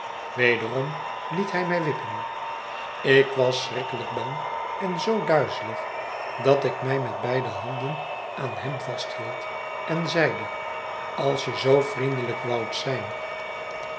wederom liet hij mij wippen ik was schrikkelijk bang en zoo duizelig dat ik mij met beide handen aan hem vasthield en zeide als je zoo vriendelijk woudt zijn